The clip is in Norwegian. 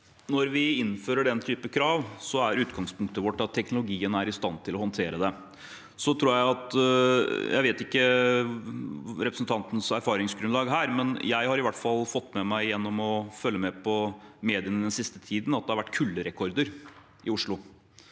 Når vi innfø- rer den type krav, er utgangspunktet vårt at teknologien er i stand til å håndtere det. Jeg vet ikke hva som er representantens erfaringsgrunnlag her, men jeg har i hvert fall fått med meg, gjennom å følge med på mediene den siste tiden, at det har vært kulderekorder i Oslo.